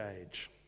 age